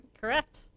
correct